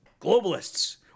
globalists